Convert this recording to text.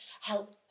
help